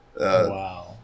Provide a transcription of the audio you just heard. Wow